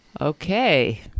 okay